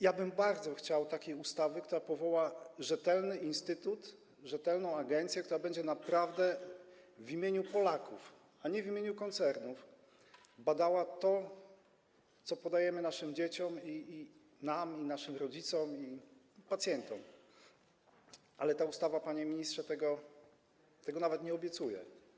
Ja bym bardzo chciał takiej ustawy, która powoła rzetelny instytut, rzetelną agencję, która będzie naprawdę w imieniu Polaków, a nie w imieniu koncernów, badała to, co podajemy naszym dzieciom, naszym rodzicom i pacjentom, ale ta ustawa, panie ministrze, tego nawet nie obiecuje.